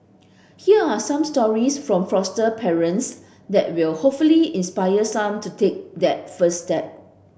here are some stories from foster parents that will hopefully inspire some to take that first step